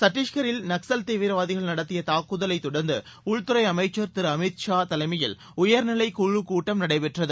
சத்தீஷ்கரில் நக்ஸல் தீவிரவாதிகள் நடத்திய தாக்குதலை தொடர்ந்து உள்துறை அமைச்சர் திரு அமித் ஷா தலைமையில் உயர்நிலைக்குழுக் கூட்டம் நடைபெற்றது